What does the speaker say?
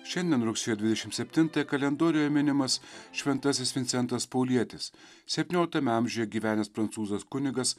šiandien rugsėjo dvidešimt septintąją kalendoriuje minimas šventasis vincentas paulietis septynioliktame amžiuje gyvenęs prancūzas kunigas